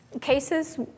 cases